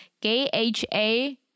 K-H-A-